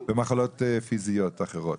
במחלות פיזיות אחרות.